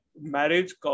marriage